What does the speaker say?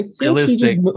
realistic